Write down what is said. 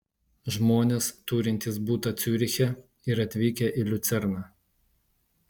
žmonės turintys butą ciuriche ir atvykę į liucerną